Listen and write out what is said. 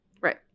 Right